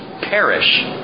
perish